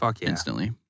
instantly